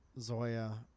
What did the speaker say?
Zoya